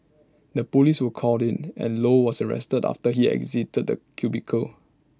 the Police were called in and low was arrested after he exited the cubicle